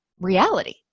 reality